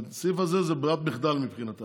הסעיף הזה הוא לא ברירת מחדל מבחינתה.